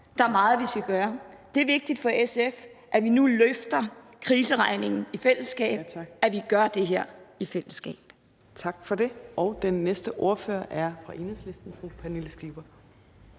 Der er meget, vi skal gøre. Det er vigtigt for SF, at vi nu løfter kriseregningen i fællesskab; at vi gør det her i fællesskab. Kl. 15:11 Fjerde næstformand (Trine Torp): Tak for det. Den næste ordfører er fra Enhedslisten. Fru Pernille Skipper.